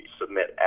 submit